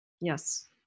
yes